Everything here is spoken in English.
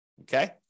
okay